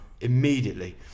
immediately